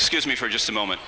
scuse me for just a moment